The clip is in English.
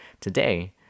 Today